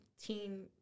teen